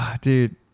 dude